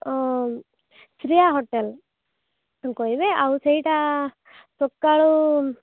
Shriya hotel ତାଙ୍କୁ କହିବେ ଆଉ ସେଇଟା ସକାଳୁ